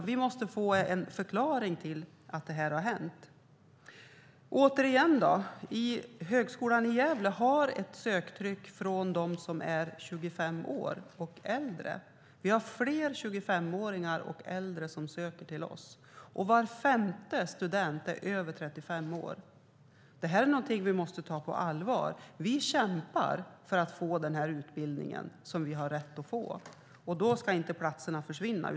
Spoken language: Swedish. Vi måste få en förklaring till att detta har hänt. Högskolan i Gävle har ett stort söktryck från dem som är 25 år och äldre. Vi har fler 25-åringar och äldre som söker till oss. Var femte student är över 35 år. Detta är någonting som vi måste ta på allvar. Vi kämpar för att få den utbildning som vi har rätt att få. Då ska platserna inte försvinna.